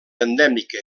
endèmica